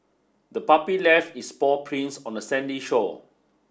the puppy left its paw prints on the sandy shore